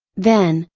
then,